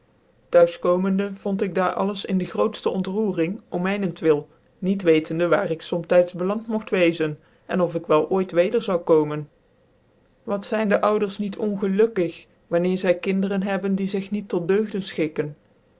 huis komende vond ik daar alles in de grootftc otlfocring om mijnent wil niet wetende waar ik fomtyds beland mogt weczen cn of ik wel ooit weder zoude komen wat zijn dc ouders niet ongelukkig wanneer zy kinderen hebben die zig niet tot deugde fchikken